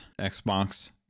Xbox